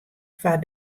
foar